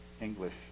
english